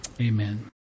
Amen